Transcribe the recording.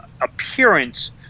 appearance